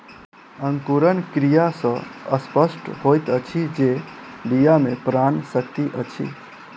अंकुरण क्रिया सॅ स्पष्ट होइत अछि जे बीया मे प्राण शक्ति अछि